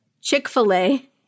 Chick-fil-A